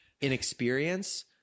inexperience